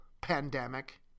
pandemic